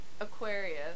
Aquarius